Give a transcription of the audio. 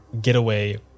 getaway